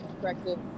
corrective